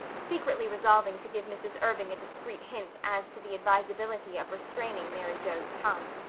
secretly resolving to give mrs. irving a discreet hint as to the advisability of restraining mary joe's tongue.